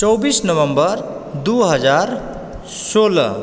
चौबीस नवम्बर दू हजार सोलह